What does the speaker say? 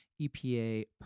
EPA